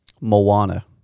Moana